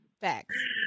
Facts